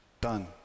done